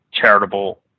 charitable